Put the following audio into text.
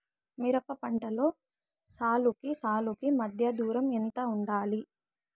మిరప పంటలో సాలుకి సాలుకీ మధ్య దూరం ఎంత వుండాలి?